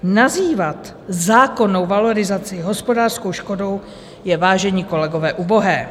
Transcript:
Nazývat zákonnou valorizaci hospodářskou škodou je, vážení kolegové, ubohé.